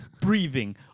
breathing